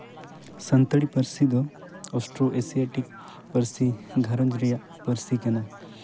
ᱥᱟᱱᱛᱟᱲᱤ ᱯᱟᱹᱨᱥᱤ ᱫᱚ Austro Asiatic ᱯᱟᱹᱨᱥᱤ ᱜᱷᱟᱨᱚᱸᱡᱽ ᱨᱮᱭᱟᱜ ᱯᱟᱹᱨᱥᱤ ᱠᱟᱱᱟ